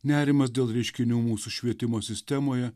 nerimas dėl reiškinių mūsų švietimo sistemoje